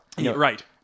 Right